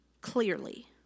clearly